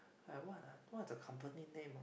like what ah what the company name ah